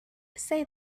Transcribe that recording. say